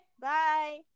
Bye